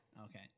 Okay